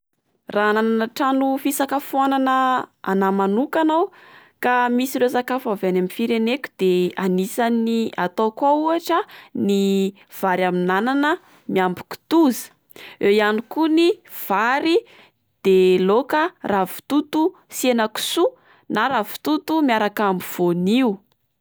Raha nanana trano fisakafoanana anah manokana aho ka misy ireo sakafo any any amin'ny fireneko de anisan'ny ataoko ao ohatra ny vary amin'anana miampy kitoza eo ihany koa ny vary de loka ravitoto sy henankisoa n'a ravitoto miaraka amin'ny vônio.